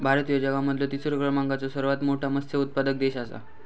भारत ह्यो जगा मधलो तिसरा क्रमांकाचो सर्वात मोठा मत्स्य उत्पादक देश आसा